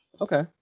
okay